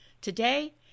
Today